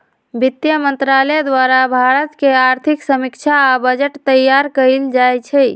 वित्त मंत्रालय द्वारे भारत के आर्थिक समीक्षा आ बजट तइयार कएल जाइ छइ